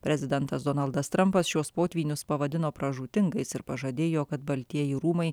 prezidentas donaldas trampas šiuos potvynius pavadino pražūtingais ir pažadėjo kad baltieji rūmai